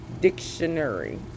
dictionary